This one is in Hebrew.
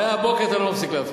מהבוקר אתה לא מפסיק להפריע.